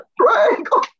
triangle